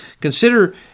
Consider